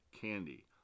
Candy